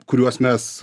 kuriuos mes